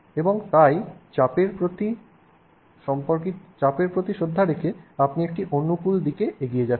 এবং অতএব চাপের প্রতি শ্রদ্ধা রেখে আপনি একটি অনুকূল দিকে এগিয়ে যাচ্ছেন